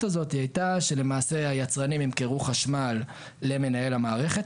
הזאת הייתה שלמעשה היצרנים ימכרו חשמל למנהל המערכת,